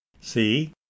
See